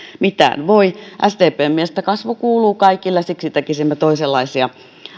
mitään voi sdpn mielestä kasvu kuuluu kaikille ja siksi tekisimme toisenlaisia